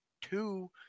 two